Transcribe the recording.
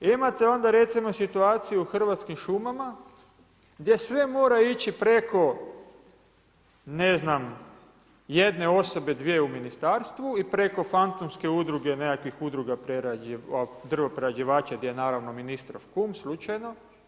Imate onda recimo situaciju u Hrvatskim šumama, gdje sve mora ići preko, ne znam, jedne osobe, dvije u Ministarstvu u preko fantomske udruge nekakvih udruga drvoprerađivača, gdje je naravno ministrov kum, slučajno.